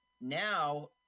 Now